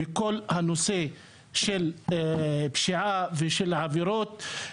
בכל הנושא של פשיעה ושל עבירות.